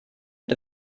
mit